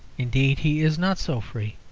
indeed, he is not so free.